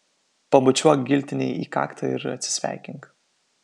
pabučiuok giltinei į kaktą ir atsisveikink